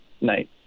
night